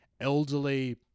elderly